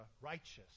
righteous